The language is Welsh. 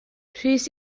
rhys